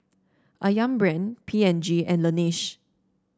ayam Brand P and G and Laneige